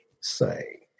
say